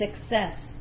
success